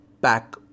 back